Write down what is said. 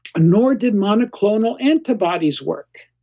nor did monoclonal antibodies work.